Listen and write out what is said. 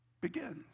begins